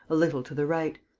a little to the right.